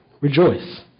rejoice